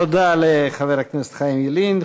תודה לחבר הכנסת חיים ילין.